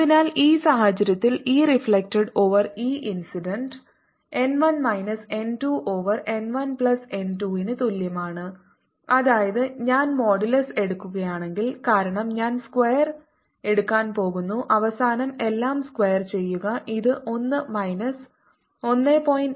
അതിനാൽ ഈ സാഹചര്യത്തിൽ E reflected over E incident n 1 minus n 2 over n 1 plus n 2 ന് തുല്യമാണ് അതായത് ഞാൻ മോഡുലസ് എടുക്കുകയാണെങ്കിൽ കാരണം ഞാൻ സ്ക്വയർ എടുക്കാൻ പോകുന്നു അവസാനം എല്ലാം സ്ക്വയർ ചെയ്യുക ഇത് 1 മൈനസ് 1